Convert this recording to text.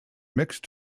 mixed